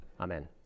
Amen